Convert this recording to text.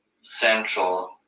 central